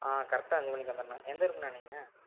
கரெக்ட்டா அஞ்சு மணிக்கு வந்துடணும் எந்த ஊருண்ணா நீங்கள்